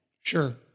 Sure